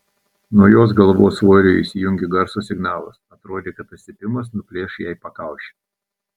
nuo jos galvos svorio įsijungė garso signalas atrodė kad tas cypimas nuplėš jai pakaušį